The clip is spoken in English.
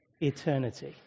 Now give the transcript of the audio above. eternity